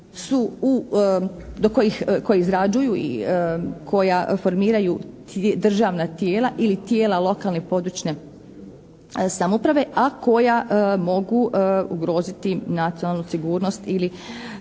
koji izrađuju i koja formiraju državna tijela ili tijela lokalne i područne samouprave, a koja mogu ugroziti nacionalnu sigurnost ili